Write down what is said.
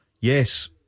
Yes